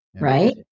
Right